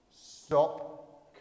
Stop